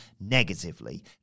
negatively